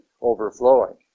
overflowing